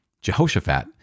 Jehoshaphat